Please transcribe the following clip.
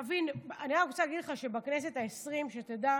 תבין, אני רק רוצה להגיד לך שבכנסת העשרים, שתדע,